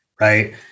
right